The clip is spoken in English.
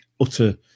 utter